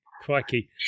crikey